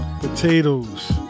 potatoes